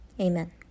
Amen